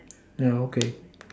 yeah okay